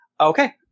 Okay